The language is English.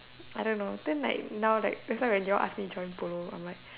I don't know then like now like that's why when y'all ask me join polo I'm like